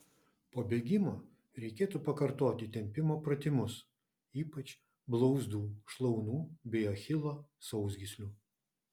po bėgimo reikėtų pakartoti tempimo pratimus ypač blauzdų šlaunų bei achilo sausgyslių